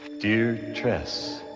dear teres,